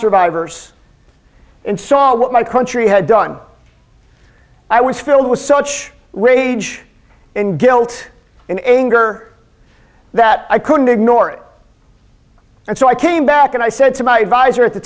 survivors and saw what my country had done i was filled with such rage and guilt and anger that i couldn't ignore it and so i came back and i said to my advisor at the